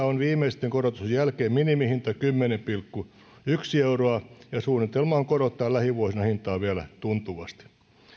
on viimeisten korotusten jälkeen minimihinta kymmenen pilkku yksi euroa ja suunnitelmana on korottaa lähivuosina hintaa vielä tuntuvasti